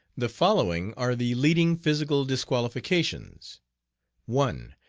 the following are the leading physical disqualifications one.